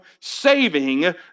saving